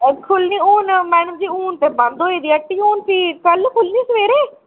खु'ल्ली हून मैडम जी हून ते बंद होई दी हट्टी हून भी कल्ल खु'ल्लनी सवेरे